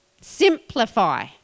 Simplify